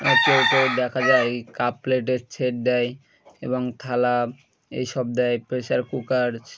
এটোটো দেখা যায় কাপ প্লেটের সেট দেয় এবং থালা এইসব দেয় প্রেসার কুকার